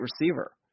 receiver